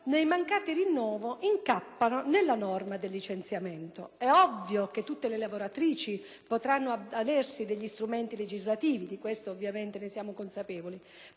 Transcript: nel mancato rinnovo, incappano nella norma del licenziamento. È ovvio che tutte le lavoratrici potranno poi avvalersi degli strumenti legislativi - di questo ne siamo consapevoli